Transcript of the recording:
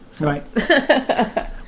Right